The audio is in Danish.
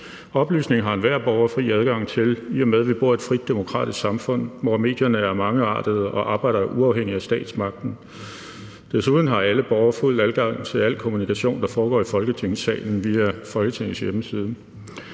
Oplysning har enhver borgere fri adgang til, i og med at vi bor i et frit, demokratisk samfund, hvor medierne er mangeartede og arbejder uafhængigt af statsmagten. Desuden har alle borgere fuld adgang til al kommunikation, der foregår i Folketingssalen via Folketingets hjemmeside.